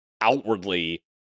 outwardly